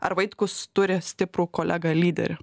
ar vaitkus turi stiprų kolegą lyderį